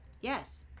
yes